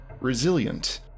resilient